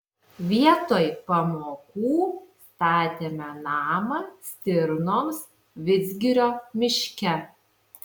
vietoj pamokų statėme namą stirnoms vidzgirio miške